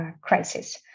crisis